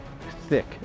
thick